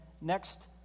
next